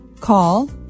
call